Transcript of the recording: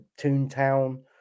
Toontown